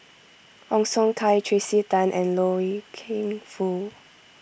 Ong Siong Kai Tracey Tan and Loy Keng Foo